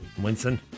Winston